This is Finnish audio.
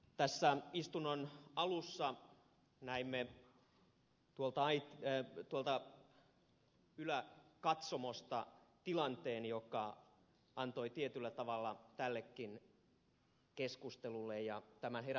tässä istunnon alussa näimme tuolla yläkatsomossa tilanteen joka antoi tietyllä tavalla tällekin keskustelulle ja tämä hyvä